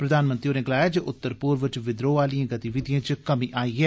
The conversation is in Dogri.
प्रधानमंत्री होरें गलाया जे उत्तर पूर्व च विद्रोह आह्लियें गतिविधियें च कमी आई ऐ